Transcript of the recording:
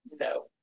no